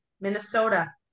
Minnesota